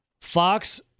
Fox